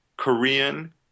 Korean